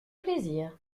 plaisir